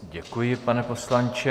Děkuji, pane poslanče.